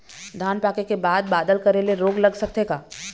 धान पाके के बाद बादल करे ले रोग लग सकथे का?